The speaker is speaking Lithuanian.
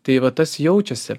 tai va tas jaučiasi